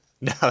No